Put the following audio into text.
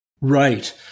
Right